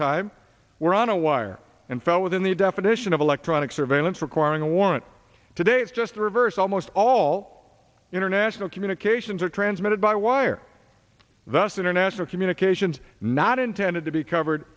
time were on a wire and fell within the definition of electronic surveillance requiring a warrant today it's just the reverse almost all international communications are transmitted by wire thus international communications not intended to be covered